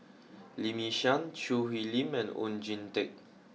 Lee Yi Shyan Choo Hwee Lim and Oon Jin Teik